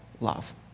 love